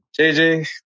JJ